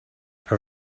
her